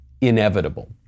inevitable